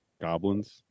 goblins